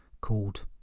called